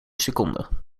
seconden